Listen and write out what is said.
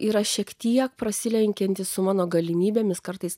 yra šiek tiek prasilenkiantys su mano galimybėmis kartais